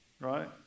Right